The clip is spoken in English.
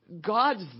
God's